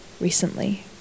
recently